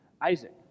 Isaac